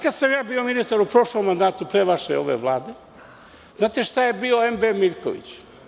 Kada sam ja bio ministar u prošlom mandatu, pre ove vaše vlade, znate šta je bio „MB Miljković“